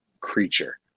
creature